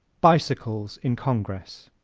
bicycles in congress